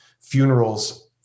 funerals